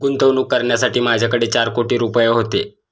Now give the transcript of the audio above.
गुंतवणूक करण्यासाठी माझ्याकडे चार कोटी रुपये होते